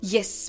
Yes